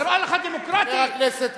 חבר הכנסת כץ.